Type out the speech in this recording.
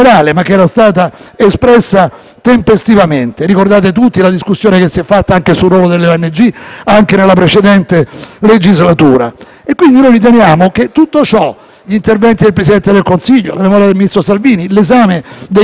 anche nella precedente legislatura. Quindi, noi riteniamo che tutto ciò (gli interventi del Presidente del Consiglio, la memoria del ministro Salvini, l'esame dei fatti, le circostanze che la legge ci invita a guardare) sia chiarissimo.